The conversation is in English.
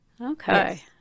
Okay